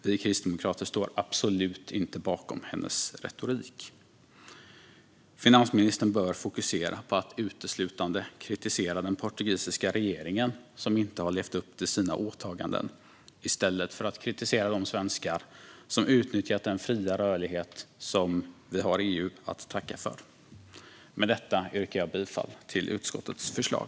Vi kristdemokrater står absolut inte bakom hennes retorik. Finansministern bör fokusera på att uteslutande kritisera den portugisiska regeringen, som inte har levt upp till sina åtaganden, i stället för att kritisera de svenskar som har utnyttjat den fria rörlighet som vi har EU att tacka för. Med detta yrkar jag bifall till utskottets förslag.